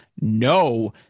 no